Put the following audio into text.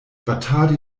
batadi